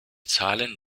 zahlen